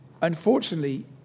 unfortunately